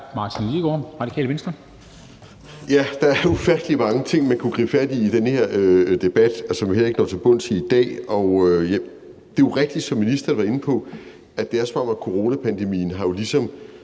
Martin Lidegaard (RV): Ja, der er ufattelig mange ting, man kunne gribe fat i i den her debat, og som vi heller ikke når til bunds i i dag. Det er jo rigtigt, som ministeren var inde på, at det er, som om coronapandemien jo ligesom